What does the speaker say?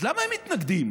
אז למה הם מתנגדים,